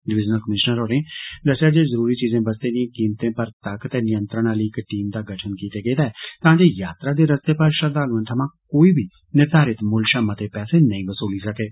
divisional commissioner होरे दस्सेआ जे जरूरी चीजें बस्तें दिएं कीमतें पर तक्क ते नियंत्रण आहली इक टीम दा गठन कीता गेदा ऐ तांजे यात्रा दे रस्ते पर श्रद्दालुए थमां कोई बी निर्धारित मुल्ल षा मते पैसे नेई वसूली सकै